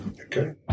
Okay